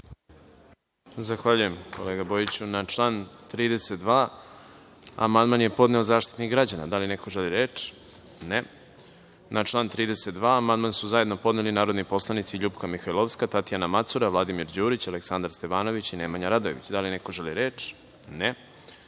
Zahvaljujem. Na član 32. amandman je podneo Zaštitnik građana. Da li neko želi reč? (Ne.)Na član 32. amandman su zajedno podneli narodni poslanici Ljupka Mihajlovska, Tatjana Macura, Vladimir Đurić, Aleksandar Stevanović i Nemanja Radojević. Da li neko želi reč?